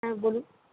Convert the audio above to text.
হ্যাঁ বলুন